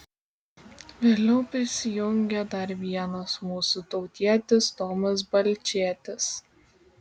vėliau prisijungė dar vienas mūsų tautietis tomas balčėtis